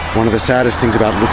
one of the saddest things about